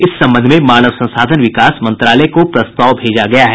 इस संबंध में मानव संसाधन विकास मंत्रालय को प्रस्ताव भेजा गया है